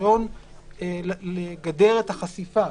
והניסיון לגדר את החשיפה,